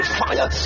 fire